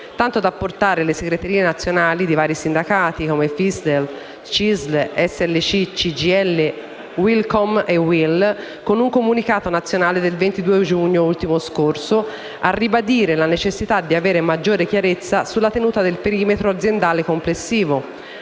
tanto da portare le segreterie nazionali di vari sindacati come FISTel-CISL, SLC-CGIL e Uilcom-UIL, con un comunicato nazionale del 22 maggio ultimo scorso, a ribadire la necessità di avere maggiore chiarezza sulla tenuta del perimetro aziendale complessivo,